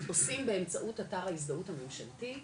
עושים באמצעות אתר ההזדהות הממשלתי,